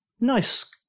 nice